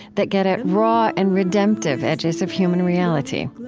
that get at raw and redemptive edges of human reality.